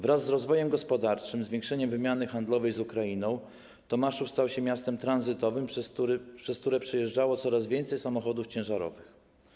Wraz z rozwojem gospodarczym, zwiększeniem wymiany handlowej z Ukrainą Tomaszów stał się miastem tranzytowym, przez które przejeżdżało coraz więcej samochodów ciężarowych.